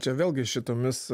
čia vėlgi šitomis